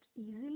easily